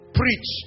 preach